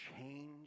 change